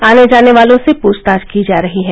आने जाने वालों से पछताछ की जा रही है